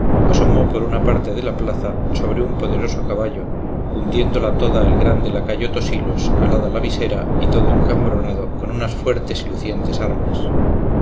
asomó por una parte de la plaza sobre un poderoso caballo hundiéndola toda el grande lacayo tosilos calada la visera y todo encambronado con unas fuertes y lucientes armas